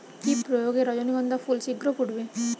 কি প্রয়োগে রজনীগন্ধা ফুল শিঘ্র ফুটবে?